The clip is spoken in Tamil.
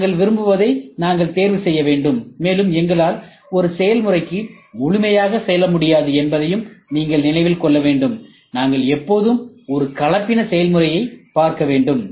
நாங்கள் விரும்புவதை நாங்கள் தேர்வு செய்ய வேண்டும் மேலும் எங்களால் ஒரு செயல்முறைக்கு முழுமையாக செல்ல முடியாது என்பதையும் நீங்கள் நினைவில் கொள்ள வேண்டும் நாங்கள் எப்போதும் ஒரு கலப்பின செயல்முறையை பார்க்க வேண்டும்